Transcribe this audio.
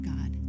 God